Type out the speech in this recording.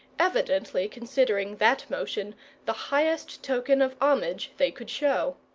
evidently considering that motion the highest token of homage they could show.